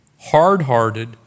hard-hearted